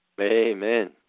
Amen